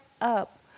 up